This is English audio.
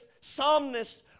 psalmists